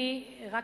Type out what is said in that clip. אני לא